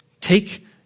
take